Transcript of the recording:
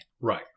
Right